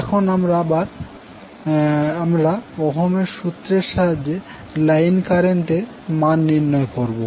এখন আমরা আমরা ওহমের সূত্রের সাহায্যে লাইন কারেন্ট এর মান নির্ণয় করবো